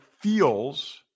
feels